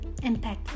impactful